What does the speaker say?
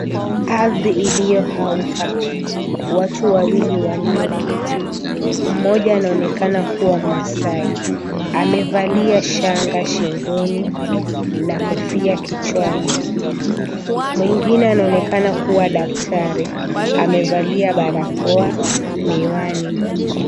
Ardhi iliyokauka. Watu wawili walioketi mmoja anaonekana kuwa mmasai. Amevalia shanga shingoni na kofi akichwani. Mwengine anaonekana kuwa daktari. Amevalia barakoa, miwani.